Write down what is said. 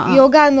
yoga